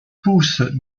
pousse